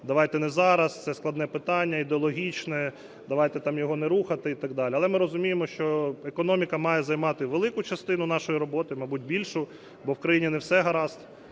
давайте не зараз, це складне питання, ідеологічне, давайте його не рухати і так далі. Але ми розуміємо, що економіка має займати велику частину нашої роботи, мабуть, більшу, бо в країні не все гаразд.